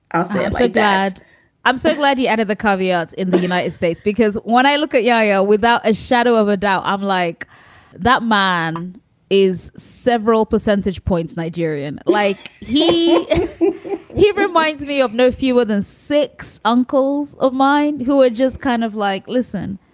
i'll say like that i'm so glad you added the caveat in the united states, because when i look at yo-yo without a shadow of a doubt, i'm like that man is several percentage points nigerian like he he reminds me of no fewer than six uncles of mine who are just kind of like, listen,